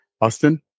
Austin